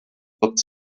wird